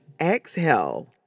exhale